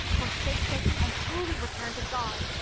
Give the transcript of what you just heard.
forsake satan, and truly return to god,